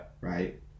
Right